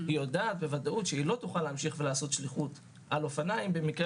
היא יודעת בוודאות שהיא לא תוכל להמשיך ולעשות שליחות על אופניים במקרה